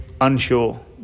Unsure